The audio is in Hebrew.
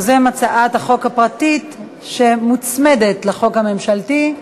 יוזם הצעת החוק הפרטית שמוצמדת לחוק הממשלתי.